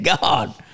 God